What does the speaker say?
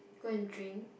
go and drink